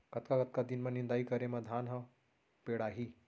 कतका कतका दिन म निदाई करे म धान ह पेड़ाही?